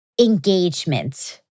engagement